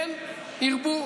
כן ירבו,